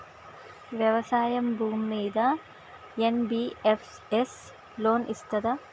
వ్యవసాయం భూమ్మీద NBFS loan ఇస్తదా?